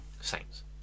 Saints